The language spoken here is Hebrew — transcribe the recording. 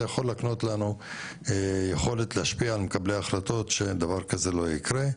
זה יכול להקנות לנו יכולת להשפיע על מקבלי ההחלטות שדבר כזה לא יקרה.